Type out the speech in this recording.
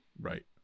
Right